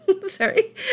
sorry